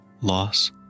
loss